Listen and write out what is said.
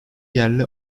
yerli